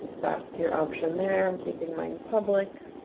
that's your option there i'm keeping mine public.